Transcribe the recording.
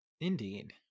Indeed